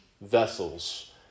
vessels